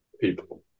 people